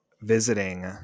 visiting